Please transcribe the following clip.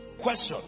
Question